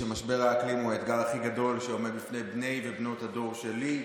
שמשבר האקלים הוא האתגר הכי גדול שעומד בפני בני ובנות הדור שלי.